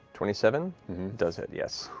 twenty seven does hit, yes.